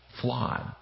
flawed